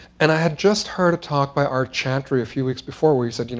and i had just heard a talk by art chantry a few weeks before, where he said, you know